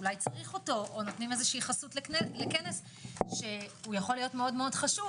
נותנים חסות לכנס שיכול להיות חשוב,